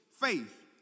faith